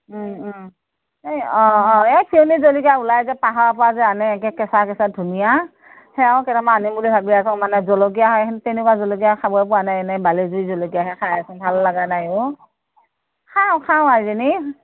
ওম ওম এই অ অ এই জলকীয়া ওলায় যে পাহাৰৰ পৰা যে আনে একে কেঁচা কেঁচা ধুনীয়া সেয়াও কেইটামান আনিম বুলি ভাবি আছোঁ মানে জলকীয়া তেনেকুৱা জলকীয়া খাবই পোৱা নাই এনে বালি জুই জলকীয়াহে খাই আছোঁ ভাল লগা নাই অ খাওঁ খাওঁ আইজনী